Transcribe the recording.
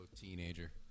teenager